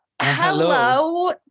Hello